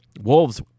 Wolves